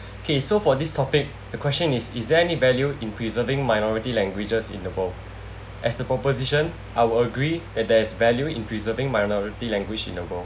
okay so for this topic the question is is there any value in preserving minority languages in the world as the proposition I will agree that there's value in preserving minority language in the world